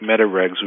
Metaregs